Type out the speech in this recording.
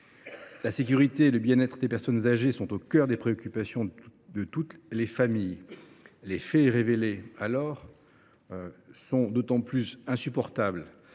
La sécurité et le bien être des personnes âgées sont au cœur des préoccupations de toutes les familles. Les faits révélés et dénoncés dans le cadre des